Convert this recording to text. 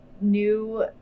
new